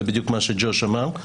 זה בדיוק מה שג'וש אמר,